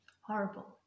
horrible